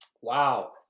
Wow